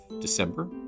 December